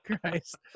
Christ